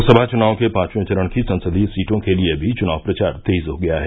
लोकसभा चुनाव के पांचवें चरण की संसदीय सीटों के लिये भी चुनाव प्रचार तेज हो गया है